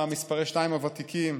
הם מספרי 2 הוותיקים,